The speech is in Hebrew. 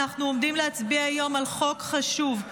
אנחנו עומדים להצביע היום על חוק חשוב,